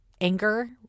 anger